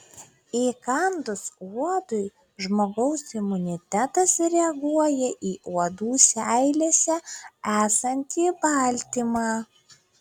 įkandus uodui žmogaus imunitetas reaguoja į uodų seilėse esantį baltymą